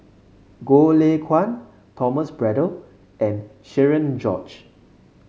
Goh Lay Kuan Thomas Braddell and Cherian George